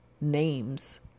names